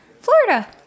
Florida